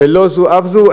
ולא זו אף זו,